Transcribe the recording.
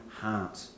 heart